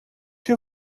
you